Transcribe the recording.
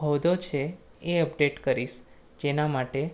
હોદ્દો છે એ અપડેટ કરીશ જેના માટે